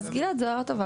אז גלעד, זאת הערה טובה.